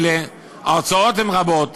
ההוצאות הן רבות.